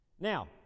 Now